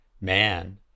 man